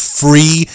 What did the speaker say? free